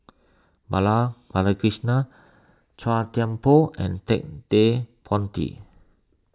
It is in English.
Bala Chua Thian Poh and Ted De Ponti